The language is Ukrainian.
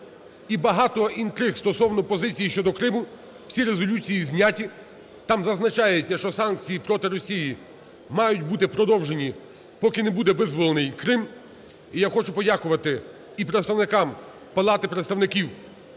і багато інтриг стосовно позиції щодо Криму. Всі резолюції зняті, там зазначається, що санкції проти Росії мають бути продовжені, поки не буде визволений Крим. І я хочу подякувати і представникам Палати представників